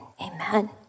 amen